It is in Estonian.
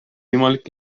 võimalik